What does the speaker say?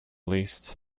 least